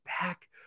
back